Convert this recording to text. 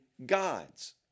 gods